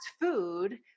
food